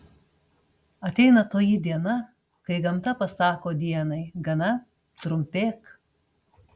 ateina toji diena kai gamta pasako dienai gana trumpėk